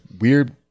weird